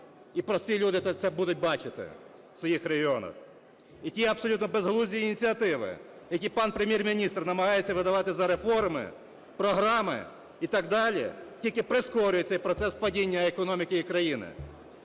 І прості люди це будуть бачити в своїх регіонах. І ті абсолютно безглузді ініціативи, які пан Прем'єр-міністр намагається видавати за реформи, програми і так далі, тільки прискорює цей процес падіння економіки і країни.